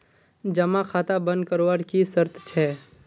जमा खाता बन करवार की शर्त छे?